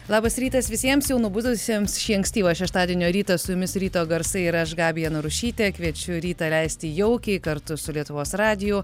labas rytas visiems jau nubudusiems šį ankstyvą šeštadienio rytą su jumis ryto garsai ir aš gabija narušytė kviečiu rytą leisti jaukiai kartu su lietuvos radiju